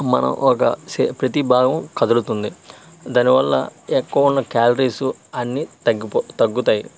మనం ఒక ప్రతి భాగం కదులుతుంది దానివల్ల ఎక్కువున్న క్యాలరీస్ అన్నీ తగ్గిపో తగ్గుతాయి